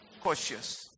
cautious